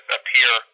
appear